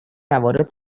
موارد